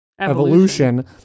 evolution